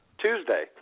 Tuesday